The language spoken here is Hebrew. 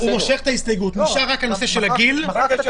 נשאר רק הנושא של הגיל.